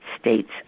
states